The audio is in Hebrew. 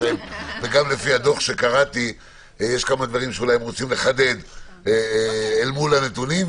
שה-מ.מ.מ רוצים לחדד כמה דברים אל מול הנתונים,